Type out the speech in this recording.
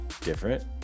different